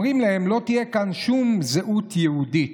אומרים להם: לא תהיה כאן שום זהות יהודית,